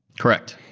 correct.